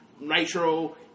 Nitro